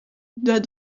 doit